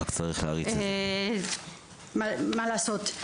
מה לעשות.